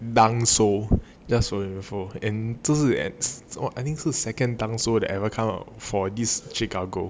dunk sole just for your info then 这是 I think 是 second dunk sole that I will ever found for this chicago